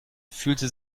fühlte